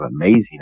amazing